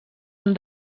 han